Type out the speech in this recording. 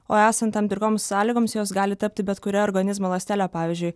o esant tam tikroms sąlygoms jos gali tapti bet kuria organizmo ląstele pavyzdžiui